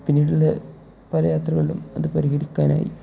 പിന്നീടുള്ള പല യാത്രകളിലും അത് പരിഹരിക്കാനായി